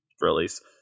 release